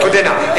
עודנה.